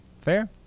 Fair